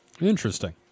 Interesting